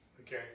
Okay